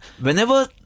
whenever